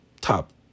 top